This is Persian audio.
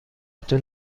تون